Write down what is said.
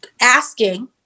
asking